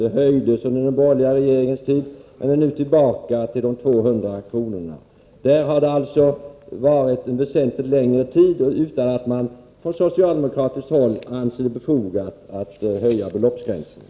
Summan höjdes under den borgerliga regeringens tid, men är nu tillbaka till de 200 kronorna. Dessa belopp har alltså varit oförändrade under väsentligt längre tid utan att man från socialdemokratiskt håll ansett det befogat att höja gränserna.